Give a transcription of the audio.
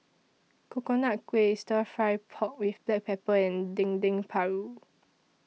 Coconut Kuih Stir Fry Pork with Black Pepper and Dendeng Paru